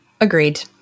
Agreed